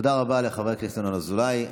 תודה רבה לחבר הכנסת ינון אזולאי.